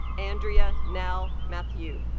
andrea nell matthew